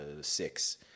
six